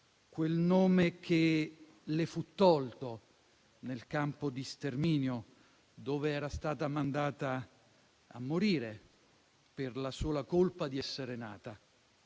quel nome che le fu tolto nel campo di sterminio dove era stata mandata a morire per la sola colpa di essere nata;